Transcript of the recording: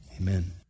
Amen